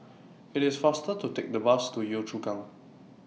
IT IS faster to Take The Bus to Yio Chu Kang